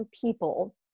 people